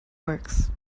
works